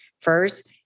first